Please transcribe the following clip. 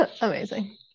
Amazing